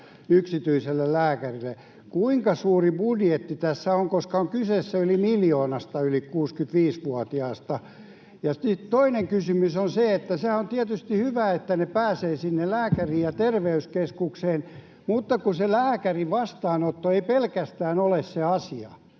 yksityiselle lääkärille: kuinka suuri budjetti tässä on, koska on kyse yli miljoonasta yli 65-vuotiaasta? Sitten toinen kysymys on se, että sehän on tietysti hyvä, että he pääsevät sinne lääkäriin ja terveyskeskukseen, mutta kun se lääkärin vastaanotto ei pelkästään ole se asia,